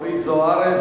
אורית זוארץ.